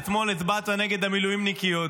אתמול הצבעת נגד המילואימניקיות.